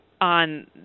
On